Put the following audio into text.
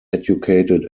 educated